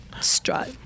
strut